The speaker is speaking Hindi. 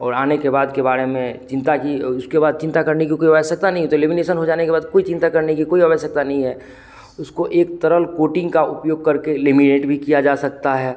और आने के बाद के बारे में चिंता की उसके बाद चिंता करने की कोई आवश्यकता नहीं वह तो लेमिनेसन हो जाने के बाद कोई चिंता करने की कोई आवश्यकता नहीं है उसको एक तरल कोटिंग का उपयोग करके लेमिनेट भी किया जा सकता है